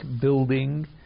building